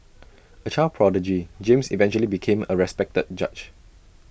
A child prodigy James eventually became A respected judge